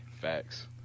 facts